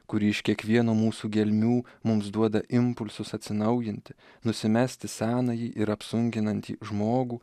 kuri iš kiekvieno mūsų gelmių mums duoda impulsus atsinaujinti nusimesti senąjį ir apsunkinantį žmogų